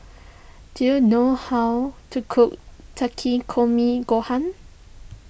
do you know how to cook Takikomi Gohan